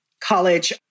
college